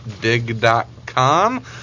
dig.com